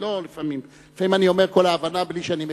לפעמים אני אומר "כל ההבנה" בלי שאני מבין.